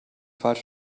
falsch